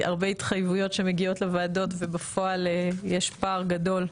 הרבה התחייבויות שמגיעות לוועדות ובפועל יש פער גדול,